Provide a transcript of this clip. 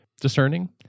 discerning